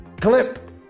clip